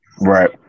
Right